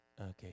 Okay